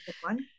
one